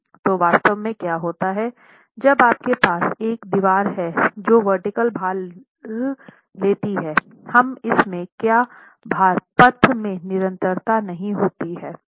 तो वास्तव में क्या होता है जब आपके पास एक दीवार है जो वर्टीकल भार लेती है अब इसमे क्या भार पथ में निरंतरता नहीं होती है